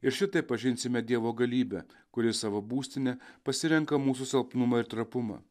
ir šitaip pažinsime dievo galybę kuri savo būstine pasirenka mūsų silpnumą ir trapumą